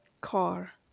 car